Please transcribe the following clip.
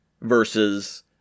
versus